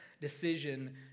decision